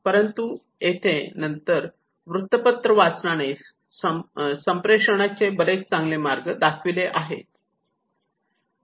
परंतु नंतर येथे वृत्तपत्र वाचनाने संप्रेषणाचे बरेच चांगले मार्ग दर्शविले आहेत